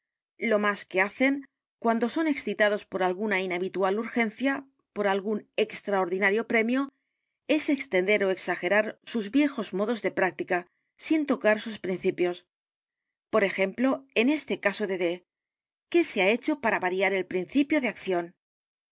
lo m á s que hacen cuando son excitados por a l g u n a inhala carta robada bitual urgencia por algún extraordinario premio es extender ó exagerar sus viejos modos de práctica sin tocar sus principios por ejemplo en este caso de d qué se ha hecho para variar el principio de acción